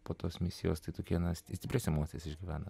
po tos misijos tai tokie nastė stiprias emocijas išgyvena